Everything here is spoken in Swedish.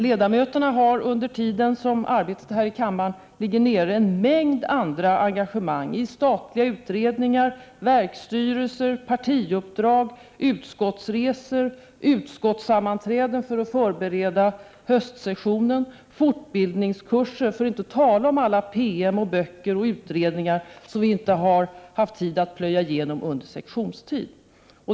Ledamöterna har under tiden som arbetet här i kammaren ligger nere en mängd andra engagemang i statliga utredningar och verkstyrelser, och de har partiuppdrag, utskottsresor, utskottssammanträden för att förbereda höstsessionerna och fortbildningskurser, för att inte tala om alla PM, böcker och utredningar som vi inte har tid att plöja igenom under sessionstid.